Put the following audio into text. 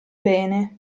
bene